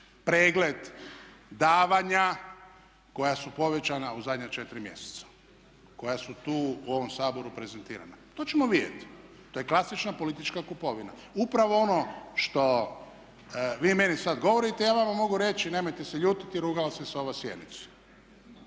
pregled davanja koja su povećana u zadnja četiri mjeseca koja su tu u ovom Saboru prezentirana. To ćemo vidjeti. To je klasična politička kupovina. Upravo ono što vi meni sada govorite ja vama mogu reći nemojte se ljutiti rugala se sova sjenici.